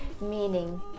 Meaning